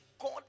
God